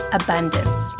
abundance